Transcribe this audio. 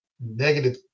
negative